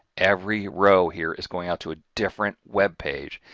every row here is going out to a different web page.